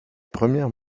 premières